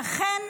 ואכן,